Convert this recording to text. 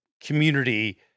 community